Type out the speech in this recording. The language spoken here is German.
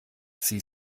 sie